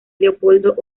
leopoldo